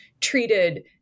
treated